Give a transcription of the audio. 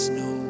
no